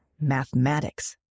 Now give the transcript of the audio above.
Mathematics